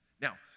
Now